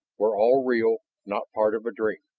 were all real, not part of a dream.